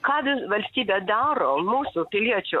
ką valstybė daro mūsų piliečių